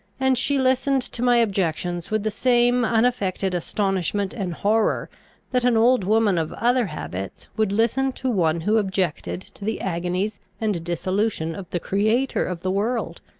and she listened to my objections with the same unaffected astonishment and horror that an old woman of other habits would listen to one who objected to the agonies and dissolution of the creator of the world,